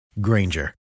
Granger